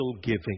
giving